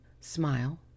Smile